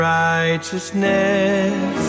righteousness